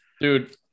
dude